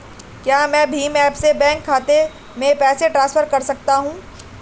क्या मैं भीम ऐप से बैंक खाते में पैसे ट्रांसफर कर सकता हूँ?